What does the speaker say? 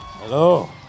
Hello